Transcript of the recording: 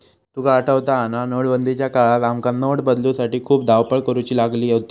तुका आठवता हा ना, नोटबंदीच्या काळात आमका नोट बदलूसाठी खूप धावपळ करुची लागली होती